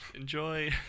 enjoy